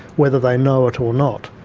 whether they know it or not.